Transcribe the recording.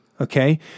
Okay